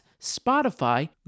Spotify